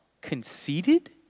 Conceited